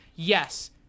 Yes